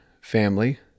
family